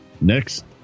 Next